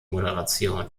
moderation